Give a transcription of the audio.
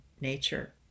nature